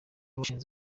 washinze